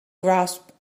grasped